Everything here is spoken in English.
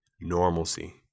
normalcy